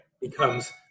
becomes